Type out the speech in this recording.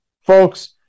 Folks